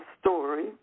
story